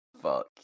Fuck